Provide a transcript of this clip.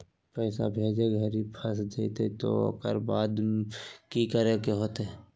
पैसा भेजे घरी फस जयते तो ओकर बाद की करे होते?